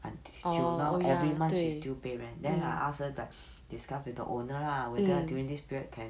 until now every month she's still pay rent then I ask her like discuss with the owner lah whether during this period can